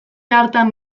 hartan